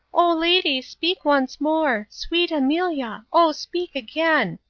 oh, lady, speak once more sweet amelia, oh, speak again.